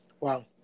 Wow